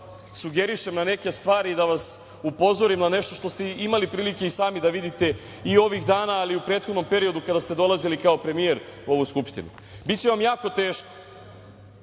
sugerišem na neke stvari i da vas upozorim na nešto što ste imali prilike i sami da vidite i ovih dana, ali i u prethodnom periodu kada ste dolazili kao premijer u ovu Skupštinu. Biće vam jako teško,